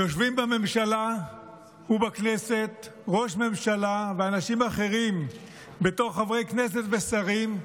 יושבים בממשלה ובכנסת ראש ממשלה ואנשים אחרים בתור חברי כנסת ושרים,